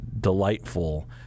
delightful